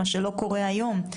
זה לא קורה היום.